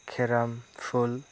केराम फुल